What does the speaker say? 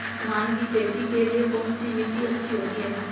धान की खेती के लिए कौनसी मिट्टी अच्छी होती है?